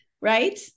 right